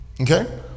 Okay